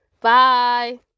Bye